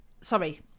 sorry